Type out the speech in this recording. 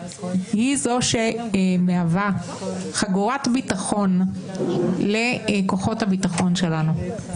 היא זו שמהווה חגורת ביטחון לכוחות הביטחון שלנו.